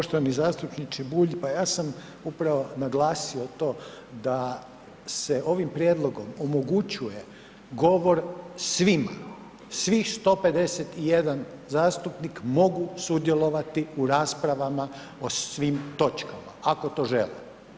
Poštovani zastupniče Bulj, pa ja sam upravo naglasio to da se ovim prijedlogom omogućuje govor svima, svih 151 zastupnik mogu sudjelovati u raspravama o svim točkama ako to žele.